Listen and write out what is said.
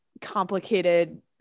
complicated